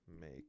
make